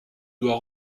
doit